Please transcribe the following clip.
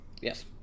Yes